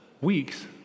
weeks